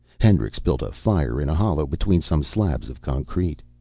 hendricks built a fire in a hollow between some slabs of concrete.